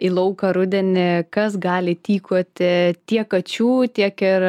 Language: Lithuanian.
į lauką rudenį kas gali tykoti tiek kačių tiek ir